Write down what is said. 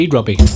Robbie